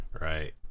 Right